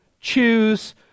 choose